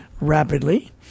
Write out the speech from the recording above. rapidly